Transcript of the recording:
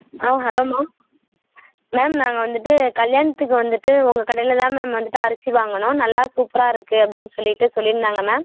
ஆ hello ma'am ma'am நாங்கள் வந்துட்டு கல்யாணத்துக்கு வந்துட்டு உங்கள் கடையில் தான் மேம் வந்துட்டு அரிசி வாங்கினோம் நல்ல சூப்பராக இருக்குது அப்படினு சொல்லிவிட்டு சொல்லியிருந்தாங்க மேம்